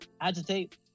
agitate